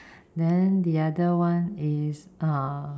then the other one is uh